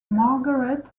margaret